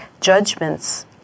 judgments